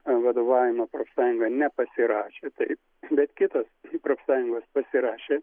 vadovavimo profsąjunga nepasirašė taip bet kitos profsąjungos pasirašė